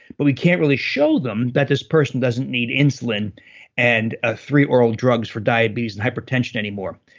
but we can't really show them that this person doesn't need insulin and ah three oral drugs for diabetes and hypertension anymore.